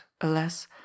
alas